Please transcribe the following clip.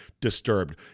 disturbed